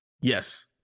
Yes